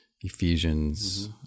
Ephesians